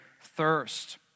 thirst